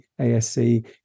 ASC